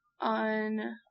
on